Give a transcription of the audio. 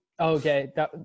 Okay